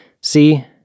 See